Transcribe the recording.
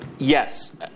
Yes